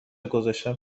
گذاشتم